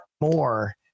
more